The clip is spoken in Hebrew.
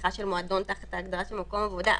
פתיחה של מועדון תחת ההגדרה של מקום עבודה.